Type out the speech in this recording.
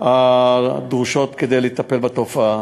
הדרושות כדי לטפל בתופעה.